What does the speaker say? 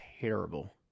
terrible